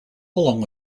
along